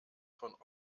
von